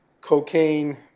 cocaine